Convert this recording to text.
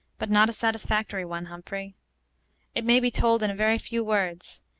but not a satisfactory one, humphrey it may be told in a very few words.